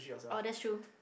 orh that's true